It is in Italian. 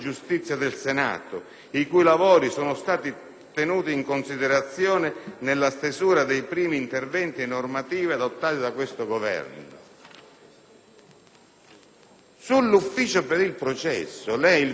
tenuti in considerazione nella stesura dei primi interventi normativi adottati da questo Governo». Sull'ufficio per il processo, sempre il 24 giugno, lei aveva affermato: